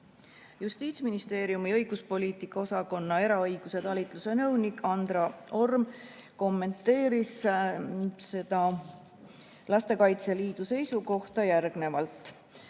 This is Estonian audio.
Justiitsministeeriumi õiguspoliitika osakonna eraõiguse talituse nõunik Andra Olm kommenteeris seda Lastekaitse Liidu seisukohta nii, et